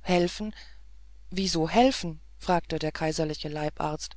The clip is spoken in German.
helfen wieso helfen fragte der kaiserliche leibarzt